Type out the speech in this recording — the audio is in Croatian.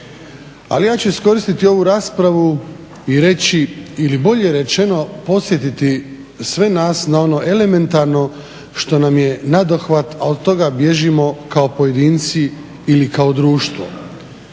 Ali, ja ću iskoristiti ovu raspravu i reći ili bolje rečeno podsjetiti sve nas na sve ono elementarno što nam je nadohvat a od toga bježimo kao pojedinci ili kao društvo.